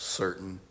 certain